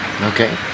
okay